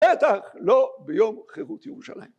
‫בטח לא ביום חירות ירושלים.